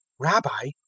rabbi,